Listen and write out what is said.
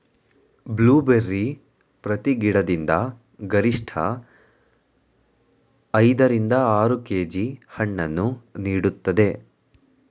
blueberry ಪ್ರತಿ ಗಿಡದಿಂದ ಗರಿಷ್ಠ ಐದ ರಿಂದ ಆರು ಕೆ.ಜಿ ಹಣ್ಣನ್ನು ನೀಡುತ್ತದೆ